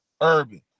urban